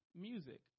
music